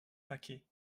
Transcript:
paquets